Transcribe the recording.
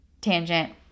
tangent